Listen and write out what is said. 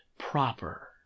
Proper